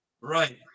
right